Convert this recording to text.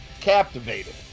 captivated